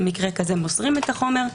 במקרה כזה מוסרים את החומר,